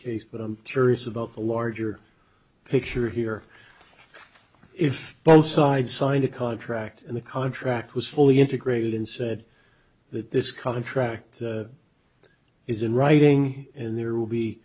the larger picture here if both sides signed a contract and the contract was fully integrated and said that this contract is in writing and there will